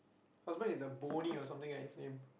husband is the bonnie or something right his name